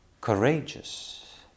courageous